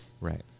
Right